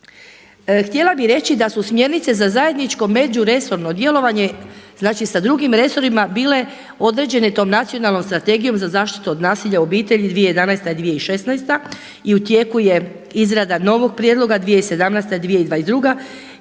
htjela bi reći da su smjernice za zajedničko međuresorno djelovanje znači sa drugim resorima bile određene tom nacionalnom strategijom za zaštitu od nasilja u obitelji 2011.–2016. i u tijeku je izrada novog prijedloga 2017.-2022.